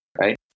Right